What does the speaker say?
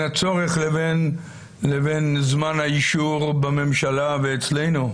הצורך לבין זמן האישור בממשלה ואצלנו?